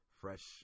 fresh